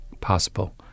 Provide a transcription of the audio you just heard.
possible